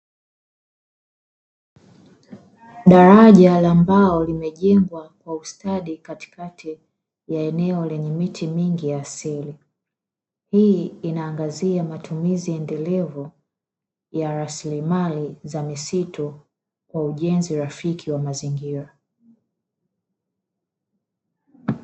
Daraja la mbao limejengwa kwa ustadi katikati ya eneo lenye miti mingi ya asili, hii inaangazia matumizi endelevu ya rasilimali za misitu kwa ujenzi rafiki wa mazingira.